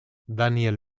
daniel